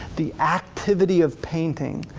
the activity of painting.